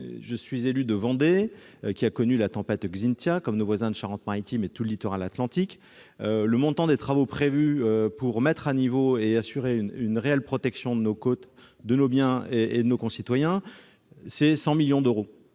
la Vendée, qui a connu la tempête Xynthia, comme nos voisins de Charente-Maritime et tout le littoral atlantique, le montant des travaux prévus pour mettre à niveau et assurer une réelle protection de nos côtes, de nos biens et de nos concitoyens s'élève à 100 millions d'euros.